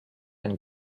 and